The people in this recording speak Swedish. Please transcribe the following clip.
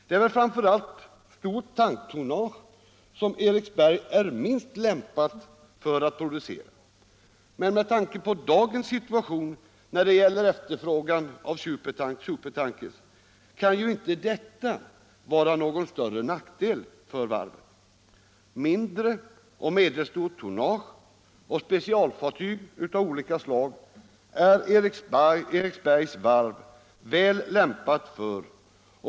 Det är väl framför allt stort tanktonnage som Eriksberg är minst lämpat för att producera, men med tanke på dagens situation när det gäller efterfrågan av supertankers kan ju inte detta vara någon större nackdel. Mindre och medelstort tonnage och specialfartyg av olika slag är Eriksbergs varv väl lämpat för.